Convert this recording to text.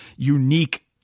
unique